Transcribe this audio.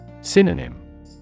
Synonym